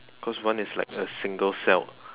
cause one is like a single celled